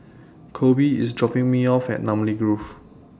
Coby IS dropping Me off At Namly Grove